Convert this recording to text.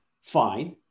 fine